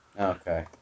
Okay